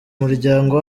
muryango